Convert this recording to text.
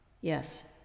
yes